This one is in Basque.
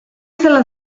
zela